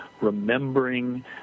remembering